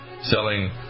selling